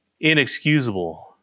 inexcusable